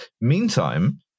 Meantime